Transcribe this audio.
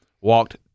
walked